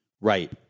Right